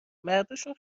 مرداشون